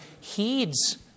heeds